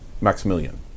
Maximilian